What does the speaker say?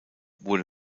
wurde